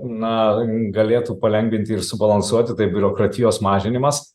na galėtų palengvinti ir subalansuoti tai biurokratijos mažinimas